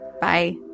Bye